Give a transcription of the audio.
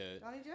Donnie